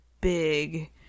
big